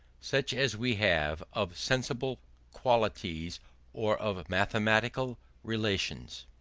such as we have of sensible qualities or of mathematical relations.